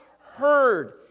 heard